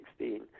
2016